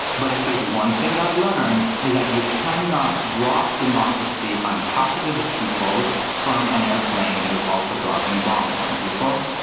but if there's one thing i've learned, is that you cannot drop democracy on top of other people from an airplane that is also dropping bombs on people.